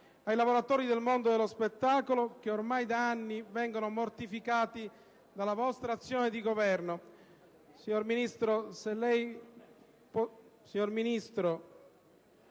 ai lavoratori del mondo dello spettacolo che ormai da anni vengono mortificati dalla vostra azione di governo.